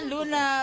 Luna